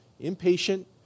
impatient